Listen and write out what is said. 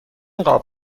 قاب